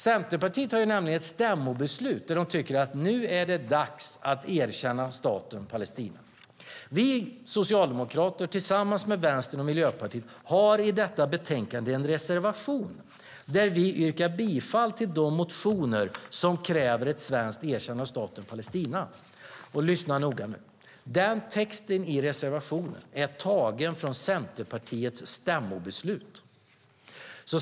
Centerpartiet har nämligen ett stämmobeslut på att det nu är dags att erkänna staten Palestina. Vi socialdemokrater tillsammans med Vänstern och Miljöpartiet har i detta betänkande en reservation där vi yrkar bifall till de motioner som kräver ett svenskt erkännande av staten Palestina. Och lyssna noga nu! Texten i reservationen är tagen från Centerpartiets stämmobeslut.